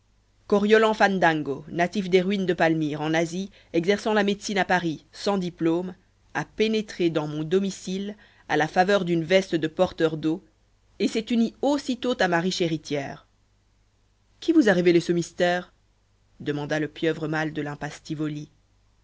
coriolan fandango natif des ruines de palmyre en asie exerçant la médecine à paris sans diplôme a pénétré dans mon domicile à la faveur d'une veste de porteur d'eau et s'est uni aussitôt à ma riche héritière qui vous a révélé ce mystère demanda le pieuvre mâle de l'impasse tivoli